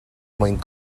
mwyn